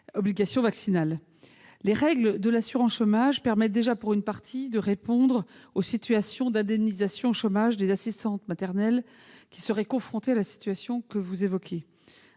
obligations vaccinales. Les règles de l'assurance chômage permettent déjà, pour partie, de répondre aux situations d'indemnisation de chômage des assistantes maternelles qui seraient confrontées à la situation que vous décrivez.